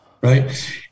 right